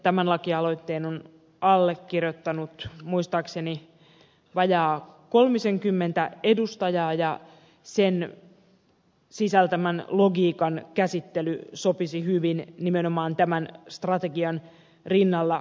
tämän lakialoitteen on allekirjoittanut muistaakseni vajaa kolmisenkymmentä edustajaa ja sen sisältämän logiikan käsittely sopisi hyvin nimenomaan käsittelyyn tämän strategian rinnalla